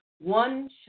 one